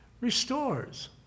Restores